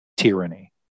tyranny